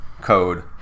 code